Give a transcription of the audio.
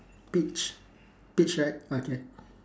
peach peach right okay